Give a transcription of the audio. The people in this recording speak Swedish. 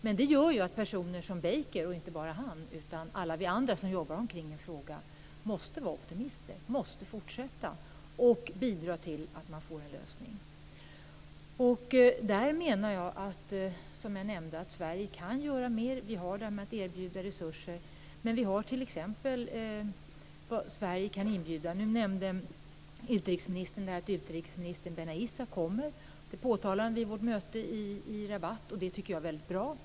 Men det gör att personer som Baker, och inte bara han utan alla vi andra som arbetar med frågan, måste vara optimister och fortsätta att bidra till en lösning. Som jag nämnde kan Sverige göra mer. Vi kan erbjuda resurser. Nu nämnde utrikesministern att utrikesminister Dena?ssa kommer. Det påtalade han vid vårt möte i Rabat, och det tycker jag är väldigt bra.